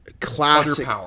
Classic